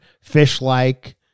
Fish-like